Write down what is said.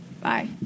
Bye